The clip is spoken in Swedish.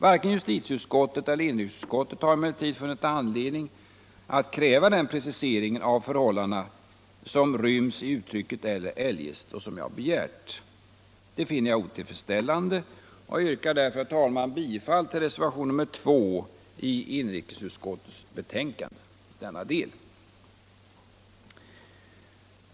Varken justitieutskottet eller inrikesutskottet har emellertid funnit anledning att kräva den precisering av förhållandena som ryms i uttrycket ”eller eljest”, som jag begärt. Det finner jag otillfredsställande, och jag yrkar därför, herr talman, bifall till reservationen 2 i inrikesutskottets betänkande i denna del.